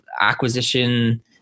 acquisition